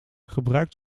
gebruik